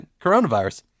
coronavirus